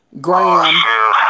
Graham